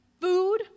food